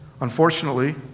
Unfortunately